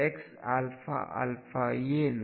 xαα ಏನು